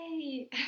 Yay